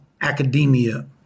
academia